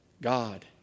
God